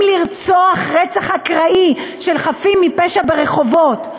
לרצוח רצח אקראי של חפים מפשע ברחובות,